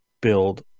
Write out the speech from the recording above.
build